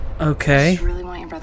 Okay